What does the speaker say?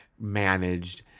managed